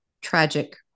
tragic